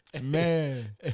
Man